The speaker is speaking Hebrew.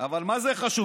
אבל מה זה חשוב?